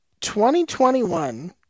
2021